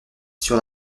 sur